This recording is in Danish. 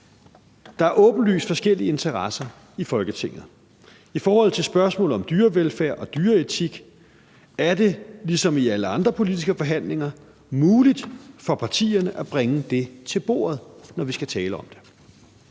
Der er åbenlyst forskellige interesser i Folketinget. I forhold til spørgsmålet om dyrevelfærd og dyreetik er det, ligesom det er i alle andre politiske forhandlinger, muligt for partierne at bringe det til bordet, når vi skal tale om det.